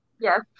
Yes